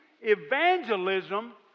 evangelism